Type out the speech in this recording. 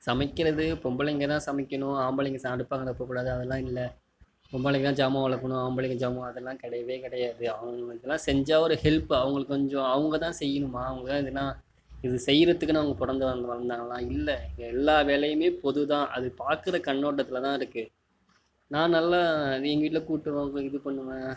சமைக்கிறது பொம்பளைங்கதான் சமைக்கணும் ஆம்பளைங்க அடுப்பாங்கரை போகக் கூடாது அதுலாம் இல்லை பொம்பளைங்கதான் சாமா விளக்கணும் ஆம்பளைங்க சாமா விளக்கணுன்லான் கிடையவே கிடையாது அவங்களுக்குல்லாம் செஞ்சா ஒரு ஹெல்ப் அவுங்களுக்கு கொஞ்சம் அவங்க தான் செய்யணுமா அவங்கள் இது என்ன இது செய்கிறதுக்குன்னு அவங்க பொறந்து வளர்ந்தாங்களா இல்லை இங்கே எல்லா வேலையும் பொது தான் அது பாக்கிற கண்ணோட்டத்தில் தான் இருக்கு நான் நல்லா எங்கள் வீட்டில் கூட்டுவேன் இது பண்ணுவேன்